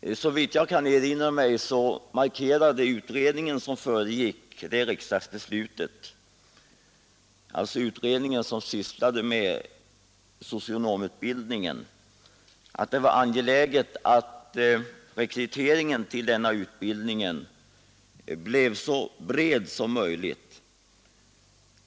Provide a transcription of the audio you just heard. Såvitt jag kan erinra mig ansåg den utredning som sysslade med socionomutbildningen att det var angeläget att rekryteringen till denna utbildning breddades så mycket som möjligt.